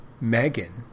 Megan